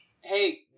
Hey